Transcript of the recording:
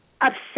upset